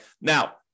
Now